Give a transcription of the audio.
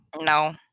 No